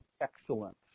excellence